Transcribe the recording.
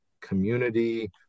community